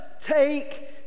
take